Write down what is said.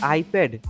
iPad